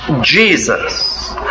Jesus